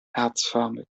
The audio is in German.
herzförmig